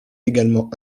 également